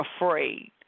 afraid